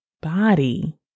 body